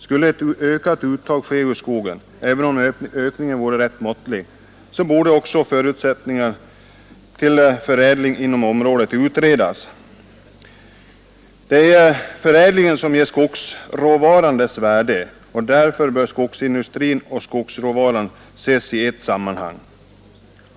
Skulle ett ökat uttag ske ur skogen — även om ökningen vore rätt måttlig så borde också förutsättningarna till förädling inom området utredas. Det är förädlingen som ger skogsråvaran dess värde, och därför bör skogsindustrin och skogsråvaran ses i ett sammanhang.